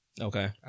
Okay